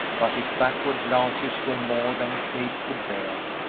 but his backward glances were more than kate could bear,